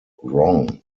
wrong